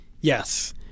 Yes